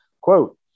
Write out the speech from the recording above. quote